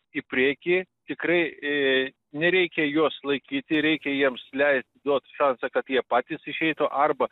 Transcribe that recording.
į priekį tikrai nereikia juos laikyti reikia jiems leist duot šansą kad jie patys išeitų arba